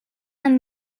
and